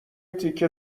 تیکه